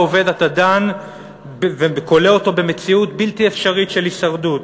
העובד אתה דן וכולא במציאות בלתי אפשרית של הישרדות?